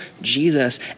Jesus